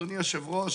אדוני היושב-ראש,